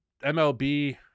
MLB